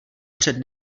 před